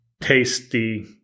tasty